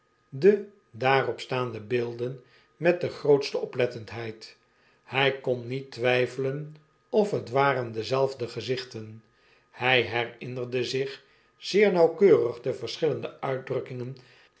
de daarop staande beelden met de grootste oplettendheid hy kon niet twjjfelen of het waren dezelfde fezichten hg herinnerde zich zeer nauwkeurig e verschillende uitdrukkingen